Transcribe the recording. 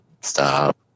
Stop